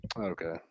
Okay